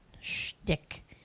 shtick